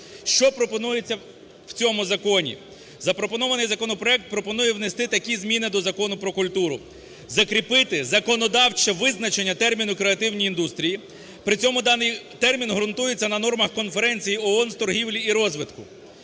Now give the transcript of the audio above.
Що пропонується в цьому законі. Запропонований законопроект пропонує внести такі зміни до Закону "Про культуру". Закріпити законодавче визначення терміну "креативні індустрії". При цьому даний термін ґрунтується на нормах Конференції ООН з торгівлі і розвитку.